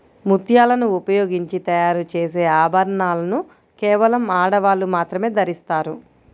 ముత్యాలను ఉపయోగించి తయారు చేసే ఆభరణాలను కేవలం ఆడవాళ్ళు మాత్రమే ధరిస్తారు